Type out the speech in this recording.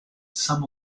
some